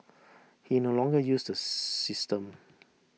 he no longer uses the system